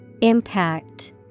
Impact